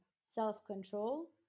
self-control